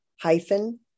hyphen